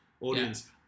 audience